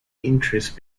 interest